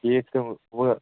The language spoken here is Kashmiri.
ٹھیٖک چھُو وٕں